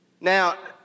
Now